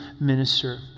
minister